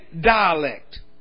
dialect